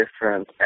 different